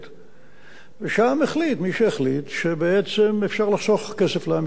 ושם החליט מי שהחליט שבעצם אפשר לחסוך כסף לעם ישראל ולא צריך את זה.